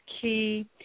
key